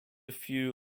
few